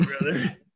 brother